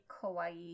Kauai